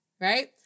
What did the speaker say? Right